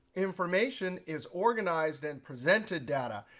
information is organized and presented data.